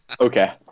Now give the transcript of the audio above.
Okay